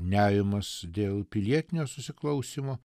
nerimas dėl pilietinio susiklausymo